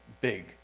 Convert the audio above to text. big